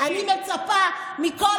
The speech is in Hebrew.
אני מצפה ממך,